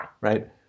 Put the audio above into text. right